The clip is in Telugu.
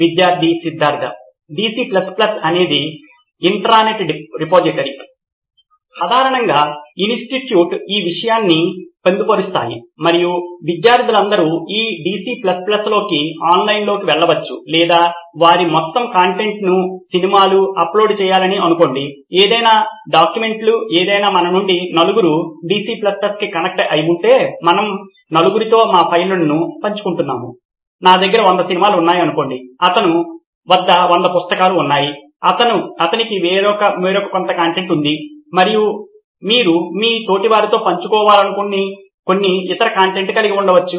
విద్యార్థి సిద్ధార్థ DC అనేది ఒక ఇంట్రానెట్ రిపోజిటరీ సాధారణంగా ఇన్స్టిట్యూట్స్ ఈ విషయాన్ని పొందుపరుస్తాయి మరియు విద్యార్థులందరూ ఈ DC లోకి ఆన్లైన్లోకి వెళ్ళవచ్చు లేదా వారి మొత్తం కంటెంట్ను సినిమాలు అప్లోడ్ చేయాలని అనుకోండి ఏదైనా డాక్యుమెంట్లు ఏదైనా మన నుండి నలుగురు DC కి కనెక్ట్ అయి ఉంటే మరియు మనము నలుగురుతో మా ఫైల్స్ పంచుకుంటున్నాము నా దగ్గర వంద సినిమాలు ఉన్నాయని అనుకోండి అతని వద్ద వంద పుస్తకాలు ఉన్నాయి అతనికి మరికొంత కంటెంట్ ఉంది మరియు మీరు మీ తోటివారితో పంచుకోవాలనుకునే కొన్ని ఇతర కంటెంట్ కలిగి ఉండవచ్చు